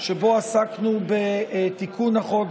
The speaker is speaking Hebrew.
שבו עסקנו בתיקון החוק,